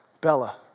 Bella